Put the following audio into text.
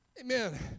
Amen